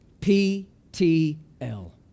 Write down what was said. P-T-L